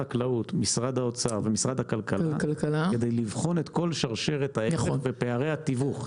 החקלאות והכלכלה כדי לבחון את פערי התיווך.